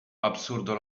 absurdo